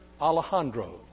Alejandro